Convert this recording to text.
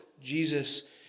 Jesus